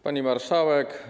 Pani Marszałek!